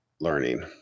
learning